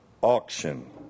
auction